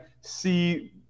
see